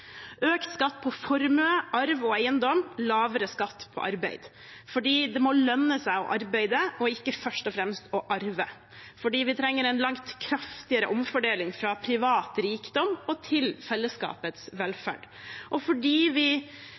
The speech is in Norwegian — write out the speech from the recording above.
Økt skatt på formue, arv og eiendom og lavere skatt på arbeid – fordi det må lønne seg å arbeide og ikke først og fremst å arve, fordi vi trenger en langt kraftigere omfordeling fra privat rikdom til fellesskapets velferd, og fordi vi